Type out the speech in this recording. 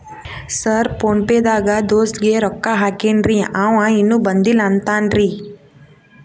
Sir PhonePe ದಾಗ ದೋಸ್ತ್ ಗೆ ರೊಕ್ಕಾ ಹಾಕೇನ್ರಿ ಅಂವ ಇನ್ನು ಬಂದಿಲ್ಲಾ ಅಂತಾನ್ರೇ?